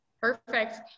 Perfect